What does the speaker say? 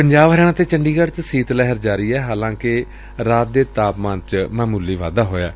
ਪੰਜਾਬ ਹਰਿਆਣਾ ਤੇ ਚੰਡੀਗੜ ਚ ਸੀਤ ਲਹਿਰ ਜਾਰੀ ਏ ਹਾਲਾਂਕਿ ਰਾਤ ਦੇ ਤਾਪਮਾਨ ਚ ਮਾਮੁਲੀ ਵਾਧਾ ਹੋਇਐ